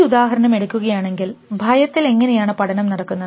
ഈ ഉദാഹരണം എടുക്കുകയാണെങ്കിൽ ഭയത്തിൽ എങ്ങനെയാണ് പഠനം നടക്കുന്നത്